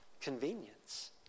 convenience